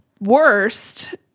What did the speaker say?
worst